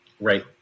right